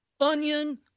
onion